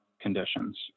conditions